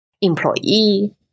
employee